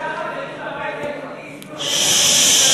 תשעה חברי הכנסת של הבית היהודי הצביעו נגד חוק ירושלים.